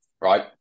right